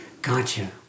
Gotcha